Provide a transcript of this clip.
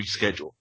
reschedule